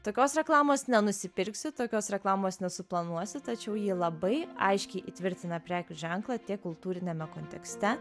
tokios reklamos nenusipirksi tokios reklamos nesuplanuosi tačiau ji labai aiškiai įtvirtina prekių ženklą tiek kultūriniame kontekste